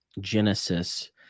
Genesis